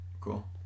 cool